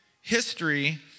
history